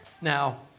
Now